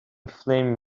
flame